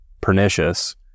pernicious